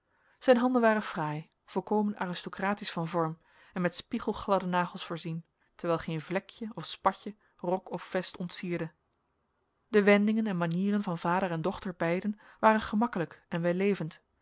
zijn handen waren fraai volkomen aristocratisch van vorm en met spiegelgladde nagels voorzien terwijl geen vlekje of spatje rok of vest ontsierde de wendingen en manieren van vader en dochter beiden waren gemakkelijk en wellevend